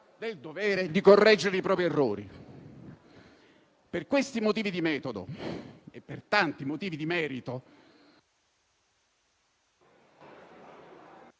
del dovere di correggere i propri errori. Per questi motivi di metodo e per tanti altri di merito